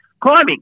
climbing